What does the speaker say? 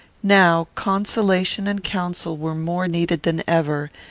now consolation and counsel were more needed than ever,